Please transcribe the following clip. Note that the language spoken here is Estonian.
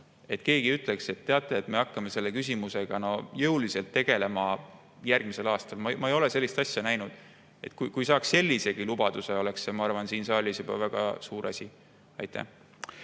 et keegi ütleks, et teate, me hakkame selle küsimusega jõuliselt tegelema järgmisel aastal. Ma ei ole sellist asja näinud. Kui saaks sellisegi lubaduse, oleks see, ma arvan, siin saalis juba väga suur asi. Aitäh,